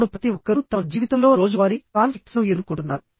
ఇప్పుడు ప్రతి ఒక్కరూ తమ జీవితంలో రోజువారీ కాన్ఫ్లిక్ట్స్ ను ఎదుర్కొంటున్నారు